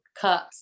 cups